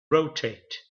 rotate